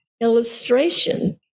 illustration